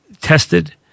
tested